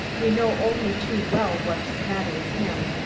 we know only too well what's the matter with him.